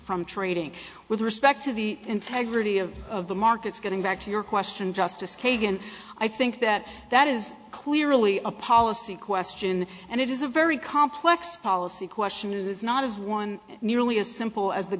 from trading with respect to the integrity of the markets getting back to your question justice kagan i think that that is clearly a policy question and it is a very complex policy question is not is one nearly as simple as the